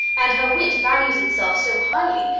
and her wit values itself so highly,